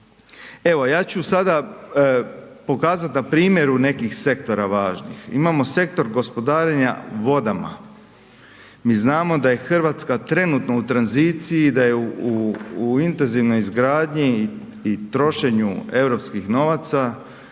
Evo, ja ću sada pokazati na primjeru nekih sektora važnih. Imamo sektor gospodarenja vodama. Mi znamo da je Hrvatska trenutno u tranziciji, da je u intenzivnoj izgradnji i trošenju europskih novaca,